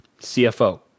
CFO